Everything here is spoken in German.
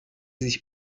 sich